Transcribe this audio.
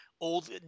Old